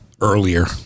earlier